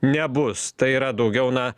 nebus tai yra daugiau na